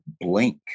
blink